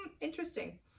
interesting